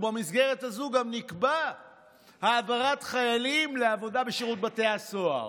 ובמסגרת הזאת גם נקבעה העברת חיילים לעבודה בשירות בתי הסוהר.